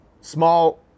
small